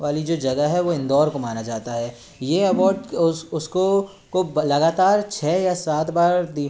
वाली जो जगह है वो इंदौर को माना ज़ाता है ये एबौड उसको को लगातार छः या सात बार